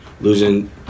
losing